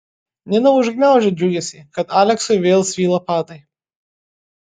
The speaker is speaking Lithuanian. nina užgniaužė džiugesį kad aleksui vėl svyla padai